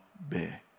bear